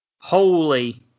holy